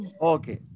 Okay